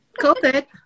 covid